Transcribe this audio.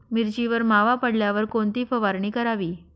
मिरचीवर मावा पडल्यावर कोणती फवारणी करावी?